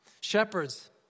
Shepherds